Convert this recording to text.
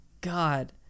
God